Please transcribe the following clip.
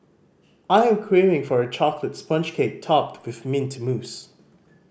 I am craving for a chocolate sponge cake topped with mint mousse